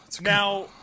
Now